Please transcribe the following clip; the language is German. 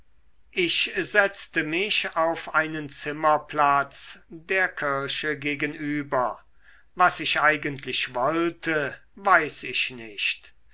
ich setzte mich auf einen zimmerplatz der kirche gegenüber was ich eigentlich wollte weiß ich nicht